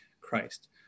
Christ